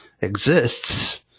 exists